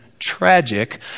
tragic